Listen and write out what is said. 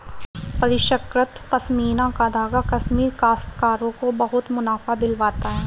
परिष्कृत पशमीना का धागा कश्मीरी काश्तकारों को बहुत मुनाफा दिलवाता है